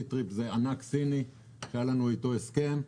סטריט זה ענק סיני שהיה לנו איתו הסכם.